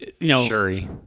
Shuri